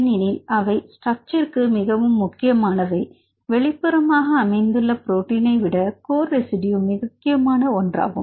ஏனெனில் அவை ஸ்ட்ரக்சர்ருக்கு மிகவும் முக்கியமானவை வெளிப்புறமாக அமைந்துள்ள புரோட்டீனை விட கோர் ரெசிடியோ முக்கியமான ஒன்றாகும்